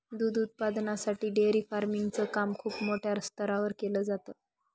दूध उत्पादनासाठी dairy farming च काम खूप मोठ्या स्तरावर केल जात